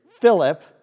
Philip